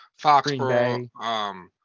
Foxborough